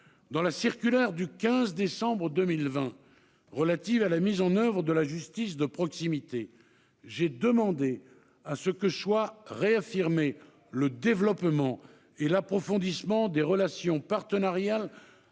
Dans la circulaire du 15 décembre 2020 relative à la mise en oeuvre de la justice de proximité, j'ai demandé que soient réaffirmés le développement et l'approfondissement des relations partenariales